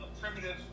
primitive